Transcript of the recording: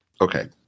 okay